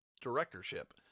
directorship